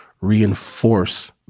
reinforce